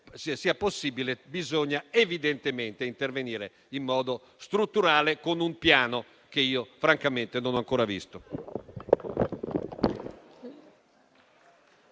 sia possibile, bisogna evidentemente intervenire in modo strutturale con un piano che francamente non ho ancora visto.